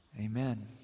Amen